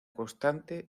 constante